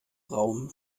raum